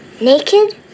naked